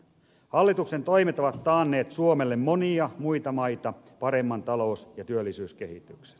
hallituksen toimet ovat taanneet suomelle monia muita maita paremman talous ja työllisyyskehityksen